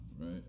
Right